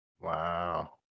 Wow